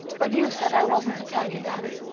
but you said i wasn't to tell you that.